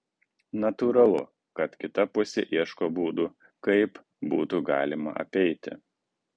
natūralu kad kita pusė ieško būdų kaip būtų galima apeiti